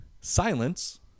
Silence